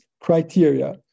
criteria